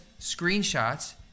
screenshots